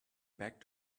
back